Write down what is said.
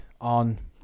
on